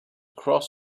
cross